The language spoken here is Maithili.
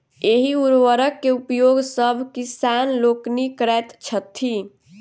एहि उर्वरक के उपयोग सभ किसान लोकनि करैत छथि